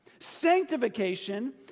Sanctification